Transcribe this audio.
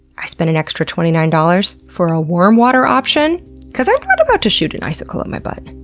i spent an extra twenty nine dollars for a warm water option cause i'm not about to shoot an icicle at my butt.